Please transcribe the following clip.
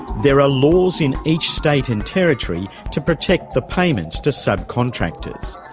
there are laws in each state and territory to protect the payments to subcontractors.